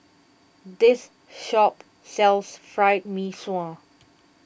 this shop sells Fried Mee Sua